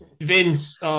Vince